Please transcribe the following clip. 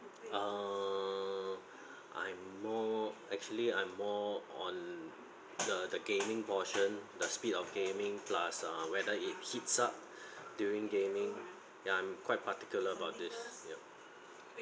err I'm more actually I'm more on the the gaming portion the speed of gaming plus uh whether it heats up during gaming ya I'm quite particular about this yup